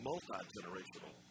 Multi-generational